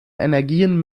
energien